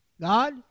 God